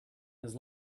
his